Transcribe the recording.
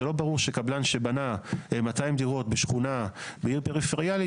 זה לא ברור שקבלן שבנה 200 דירות בשכונה בעיר פריפריאלית,